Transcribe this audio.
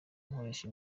nkoresha